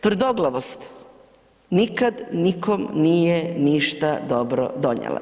Tvrdoglavost nikad nikom nije ništa dobro donjela.